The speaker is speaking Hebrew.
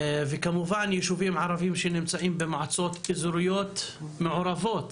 וכמובן יישובים ערביים שנמצאים במועצות אזוריות מעורבות.